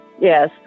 Yes